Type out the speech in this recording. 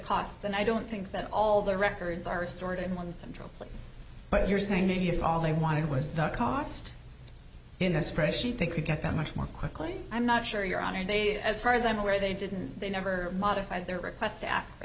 cost and i don't think that all their records are stored in one central place but you're saying to us all they wanted was the cost in a spreadsheet they could get that much more quickly i'm not sure your honor they as far as i'm aware they didn't they never modify their requests to ask for